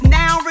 now